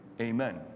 Amen